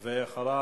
ואחריו,